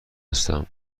هستم